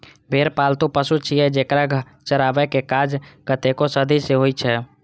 भेड़ पालतु पशु छियै, जेकरा चराबै के काज कतेको सदी सं होइ छै